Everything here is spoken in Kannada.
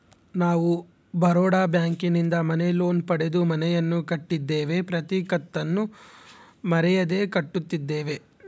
ನಾವು ಬರೋಡ ಬ್ಯಾಂಕಿನಿಂದ ಮನೆ ಲೋನ್ ಪಡೆದು ಮನೆಯನ್ನು ಕಟ್ಟಿದ್ದೇವೆ, ಪ್ರತಿ ಕತ್ತನ್ನು ಮರೆಯದೆ ಕಟ್ಟುತ್ತಿದ್ದೇವೆ